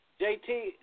JT